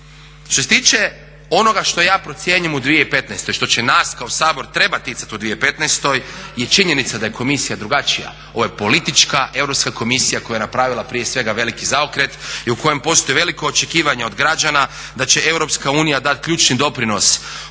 Što se tiče onoga što ja procjenjujem u 2015. što će nas kao Sabor trebati ticati u 2015. je činjenica da je komisija drugačija. Ovo je politička Europska komisija koja je napravila prije svega veliki zaokret i u kojem postoje velika očekivanja od građana da će Europska unija dati ključni doprinos u